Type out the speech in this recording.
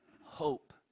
hope